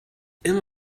immer